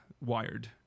Wired